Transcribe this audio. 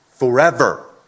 forever